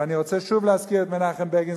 ואני רוצה שוב להזכיר את מנחם בגין,